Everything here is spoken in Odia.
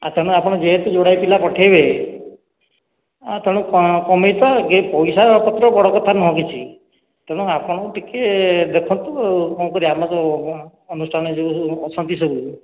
ଆଉ ତମେ ଆପଣ ଯେହେତୁ ଯୋଡ଼ାଏ ପିଲା ପଠେଇବେ ତମେ କମେଇବ ଯେ ପଇସା ପତ୍ର ବଡ଼ କଥା ନୁହେଁ କିଛି ତେଣୁ ଆପଣଙ୍କୁ ଟିକେ ଦେଖନ୍ତୁ ଆଉ କଣ କରିବା ଆମେ ତ ଅନୁଷ୍ଠାନରେ ଯେଉଁ ସବୁ ଅଛନ୍ତି ସବୁ